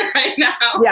right now yeah